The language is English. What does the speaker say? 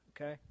Okay